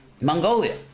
Mongolia